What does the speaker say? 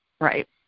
right